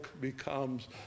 becomes